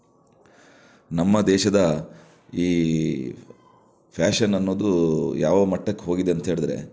ನಮ್ಮ ದೇಶದ ಈ ಫ್ಯಾಷನ್ ಅನ್ನೋದು ಯಾವ ಮಟ್ಟಕ್ಕೆ ಹೋಗಿದೆ ಅಂತ ಹೇಳಿದರೆ